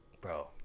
Bro